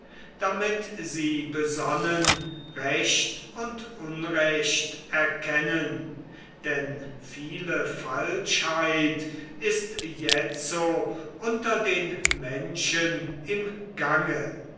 damit sie besonnen recht und unrecht erkennen denn viele falschheit ist jetzo unter den menschen im gange